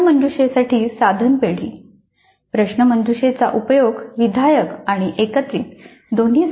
प्रश्नमंजुषेसाठी साधन पेढी प्रश्नमंजुषेचा उपयोग विधायक आणि एकत्रित दोन्हीसाठी केला जातो